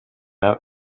out